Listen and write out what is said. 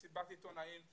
מסיבות עיתונאים,